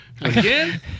Again